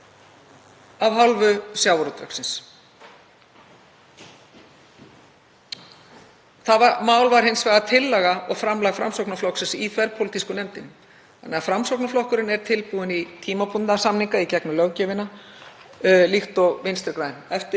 af hálfu sjávarútvegsins. Það mál var hins vegar tillaga og framlag Framsóknarflokksins í þverpólitísku nefndinni þannig að Framsóknarflokkurinn er tilbúinn í tímabundna samninga í gegnum löggjöfina líkt og Vinstri